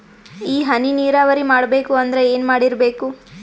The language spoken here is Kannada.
ಈ ಹನಿ ನೀರಾವರಿ ಮಾಡಬೇಕು ಅಂದ್ರ ಏನ್ ಮಾಡಿರಬೇಕು?